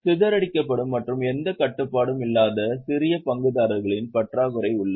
சிதறடிக்கப்படும் மற்றும் எந்த கட்டுப்பாடும் இல்லாத சிறிய பங்குதாரர்களின் பற்றாக்குறை உள்ளது